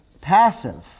passive